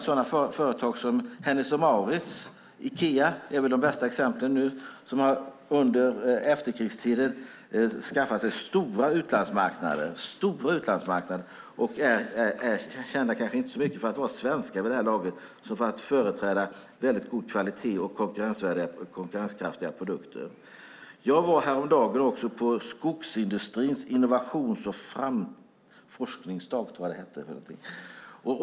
Sådana företag som Hennes & Mauritz och Ikea är väl de bästa exemplen på sådana företag som under efterkrigstiden har skaffat sig stora utlandsmarknader där de kanske vid det här laget inte är lika kända för att vara svenska som för att företräda väldigt god kvalitet och konkurrenskraftiga produkter. Jag var häromdagen på Skogsindustriernas seminarium om forskning, innovationer och affärer.